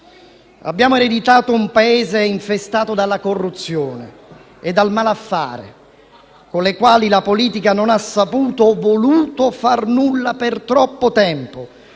Abbiamo ereditato un Paese infestato dalla corruzione e dal malaffare con le quali la politica non ha saputo o voluto far nulla per troppo tempo.